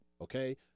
okay